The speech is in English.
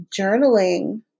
journaling